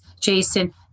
jason